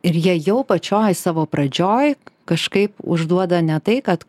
ir jie jau pačioj savo pradžioj kažkaip užduoda ne tai kad